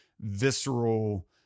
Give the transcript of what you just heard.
visceral